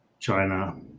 China